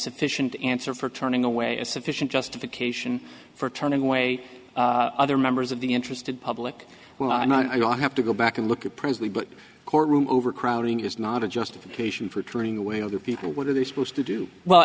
sufficient answer for turning away a sufficient justification for turning away other members of the interested public well i know i don't have to go back and look at princely but courtroom overcrowding is not a justification for turning away other people what are they supposed to do well